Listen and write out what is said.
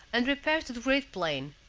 and repair to the great plain,